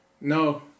No